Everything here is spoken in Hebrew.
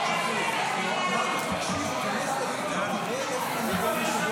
חוק לשכת עורכי הדין (תיקון מס' 45),